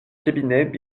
cabinet